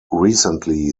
recently